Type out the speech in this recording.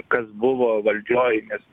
kas buvo valdžioj nes